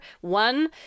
one